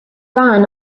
ran